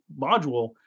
module